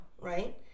right